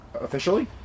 Officially